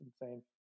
insane